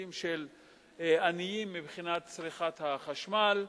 ובתים של עניים מבחינת צריכת החשמל.